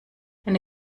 deine